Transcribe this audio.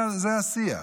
זה השיח.